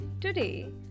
Today